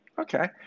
Okay